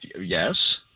yes